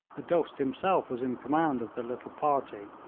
the dost himself was in command of the little party,